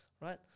right